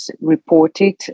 reported